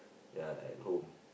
ya at home